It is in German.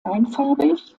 einfarbig